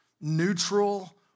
neutral